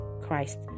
christ